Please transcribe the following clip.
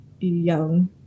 young